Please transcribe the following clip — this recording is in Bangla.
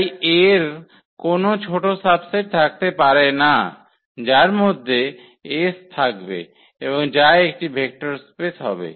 তাই এর কোনও ছোট সাবসেট থাকতে পারে না যার মধ্যে s থাকবে এবং যা একটি ভেক্টর স্পেস হবে